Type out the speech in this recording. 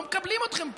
לא מקבלים אתכם פה,